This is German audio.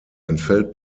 entfällt